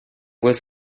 was